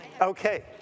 Okay